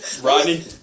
Rodney